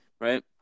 right